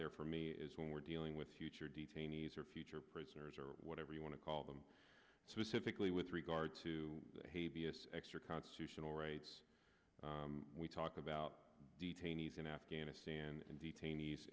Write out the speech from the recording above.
there for me is when we're dealing with future detainees or future prisoners or whatever you want to call them specifically with regard to hey vs extra constitutional rights we talk about detainees in afghanistan and detainees